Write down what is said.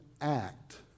act